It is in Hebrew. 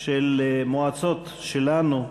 של המועצות שלנו,